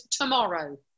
tomorrow